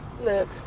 Look